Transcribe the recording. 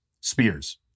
Spears